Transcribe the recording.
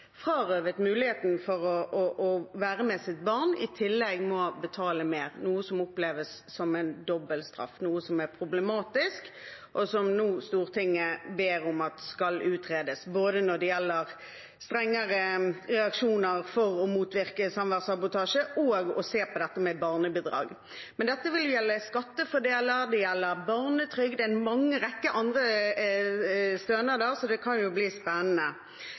frarøvet muligheten til å være sammen med sitt barn, i tillegg må betale mer. Det oppleves som en dobbelt straff, noe som er problematisk, og som nå Stortinget ber om skal utredes, både når det gjelder strengere reaksjoner for å motvirke samværssabotasje og for å se på dette med barnebidrag. Dette vil gjelde skattefordeler, og det gjelder barnetrygd og en rekke andre stønader, så det kan jo bli spennende.